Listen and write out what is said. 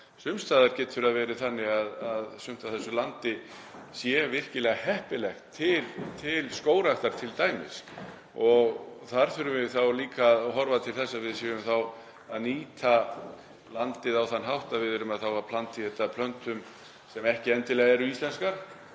sums staðar getur það verið þannig að sumt af þessu landi sé virkilega heppilegt til skógræktar t.d. Þar þurfum við að horfa til þess að við séum þá að nýta landið á þann hátt að planta í þetta plöntum sem ekki endilega eru íslenskar